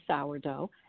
sourdough